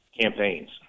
campaigns